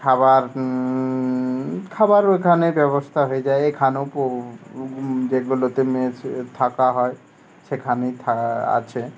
খাবার খাবারও এখানে ব্যবস্থা হয়ে যায় এখানেও যেগুলোতে মে থাকা হয় সেখানেই আছে